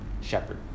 shepherd